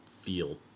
feel